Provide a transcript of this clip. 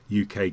UK